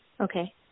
Okay